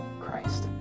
Christ